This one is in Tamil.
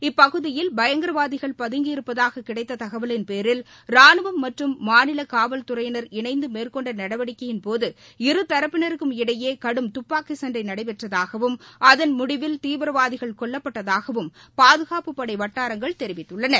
இப்பகுதியில் பயங்கரவாதிகள் பதுங்கியருப்பதாகக் கிடைத்தத் தகவலின்பேரில் ராணுவம் மற்றும் மாநில காவல்துறையினர் இணைந்து மேற்கொண்ட நடவடிக்கையின் போது இருதரப்பினருக்கும் இடையே கடும் துப்பாக்கிச்சன்டை நடைபெற்றதாகவும் அதன் முடிவில் தீவிரவாதிகள் கொல்லப்பட்டதாகவும் பாதுகாப்புப் படை வட்டாரங்கள் தெரிவித்துள்ளன